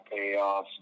payoffs